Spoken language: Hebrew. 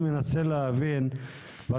להבין,